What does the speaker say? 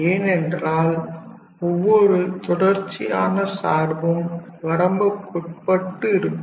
ஏனென்றால் ஒவ்வொரு தொடர்ச்சியான சார்பும் வரம்புக்குட்பட்டு இருக்கும்